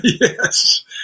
Yes